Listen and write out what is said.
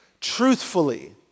truthfully